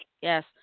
yes